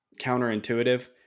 counterintuitive